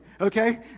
okay